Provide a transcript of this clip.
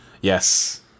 Yes